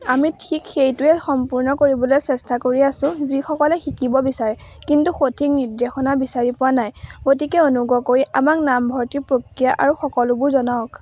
আমি ঠিক সেইটোৱেই সম্পূৰ্ণ কৰিবলৈ চেষ্টা কৰি আছোঁ যিসকলে শিকিব বিচাৰে কিন্তু সঠিক নিৰ্দেশনা বিচাৰি পোৱা নাই গতিকে অনুগ্ৰহ কৰি আমাক নামভৰ্তি প্ৰক্ৰিয়া আৰু সকলোবোৰ জনাওক